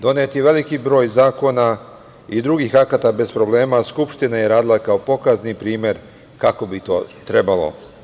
Donet je veliki broj zakona i drugih akata bez problema, a Skupština je radila kao pokazni primer kako bi to trebalo.